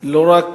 לא רק